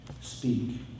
Speak